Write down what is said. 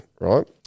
Right